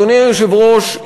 אדוני היושב-ראש,